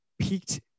peaked